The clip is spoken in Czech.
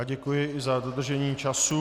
Děkuji i za dodržení času.